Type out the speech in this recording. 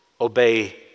obey